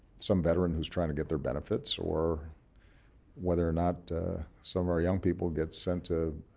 some veteran who's trying to get their benefits, or whether or not some of our young people get sent to